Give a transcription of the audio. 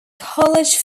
college